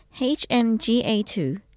HMGA2